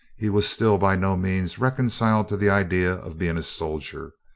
he was still by no means reconciled to the idea of being a soldier.